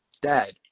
Dad